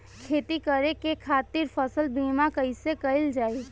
खेती करे के खातीर फसल बीमा कईसे कइल जाए?